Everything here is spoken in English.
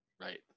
Right